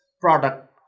product